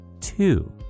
Two